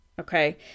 Okay